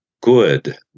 good